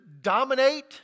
dominate